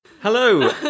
Hello